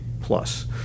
Plus